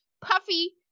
Puffy